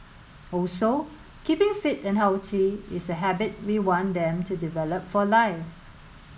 also keeping fit and healthy is a habit we want them to develop for life